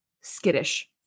skittish